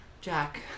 Jack